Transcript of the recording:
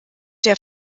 der